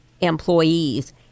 employees